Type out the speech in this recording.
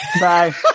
bye